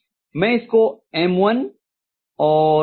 मैं इसको M1 और L1 कहती हूँ